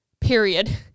period